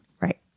Right